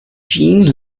jeanne